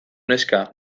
neska